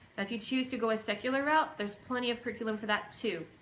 if you choose to go a secular route there's plenty of curriculum for that too,